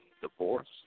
Divorce